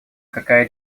какая